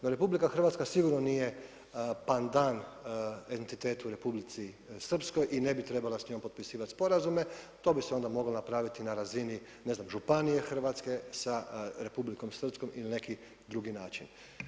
No RH sigurno nije pandan entitetu Republici Srpskoj i ne bi trebala s njom potpisivati sporazume, to bi se onda moglo napraviti na razini ne znam, županije Hrvatske sa Republikom Srpskom ili neki drugi način.